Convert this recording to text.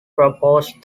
proposed